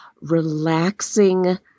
relaxing